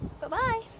Bye-bye